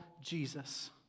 Jesus